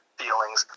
feelings